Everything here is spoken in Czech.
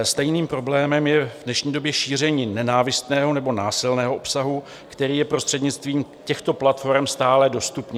Stejným problémem je v dnešní době šíření nenávistného nebo násilného obsahu, který je prostřednictvím těchto platforem stále dostupnější.